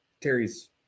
Terry's